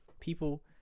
People